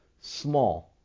small